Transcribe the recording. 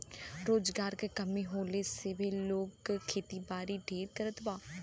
रोजगार के कमी होले से भी लोग खेतीबारी ढेर करत बा